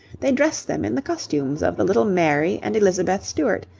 they dress them in the costumes of the little mary and elizabeth stuart,